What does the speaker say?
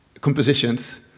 compositions